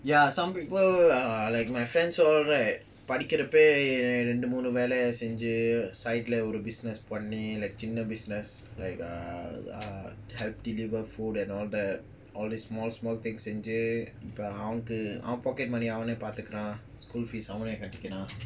ya some people are like my friends all right படிக்குறப்பரெண்டுமூணுவேலசெஞ்சி:padikurapa rendu moonu vela senji business partner பண்ணிசின்ன:panni chinna like err help deliver food and all that all the small small things செஞ்சிஅவன்:senji avan pocket money அவனேபாத்துக்குறேன்:avane pathukuran school fees அவனேகட்டிக்குறான்:avane kattikuran